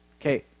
Okay